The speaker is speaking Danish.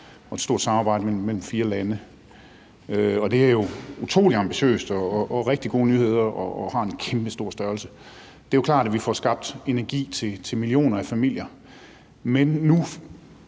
og et stort samarbejde mellem fire lande. Det er utrolig ambitiøst og rigtig gode nyheder og har en kæmpestor størrelse; det er klart, at vi får skabt energi til millioner af familier.